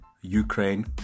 Ukraine